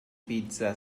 pizza